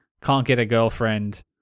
can't-get-a-girlfriend